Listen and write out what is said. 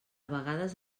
vegades